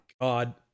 God